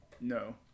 No